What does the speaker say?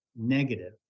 Negative